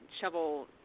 shovel